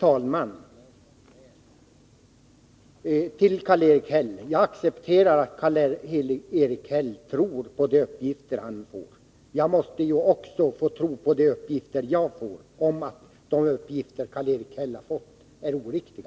Herr talman! Jag accepterar att Karl-Erik Häll tror på de uppgifter han får. Jag måste också få tro på de uppgifter jag har fått — om att de uppgifter Karl-Erik Häll har fått är oriktiga.